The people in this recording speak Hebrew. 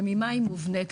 וממה היא מובנית?